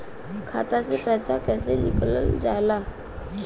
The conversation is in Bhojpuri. खाता से पैसा कइसे निकालल जाला?